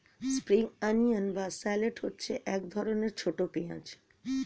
spring onion বা shallot হচ্ছে এক ধরনের ছোট পেঁয়াজ